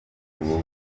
gutegura